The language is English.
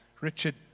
Richard